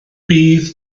bydd